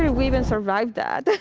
and we even survived that.